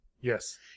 Yes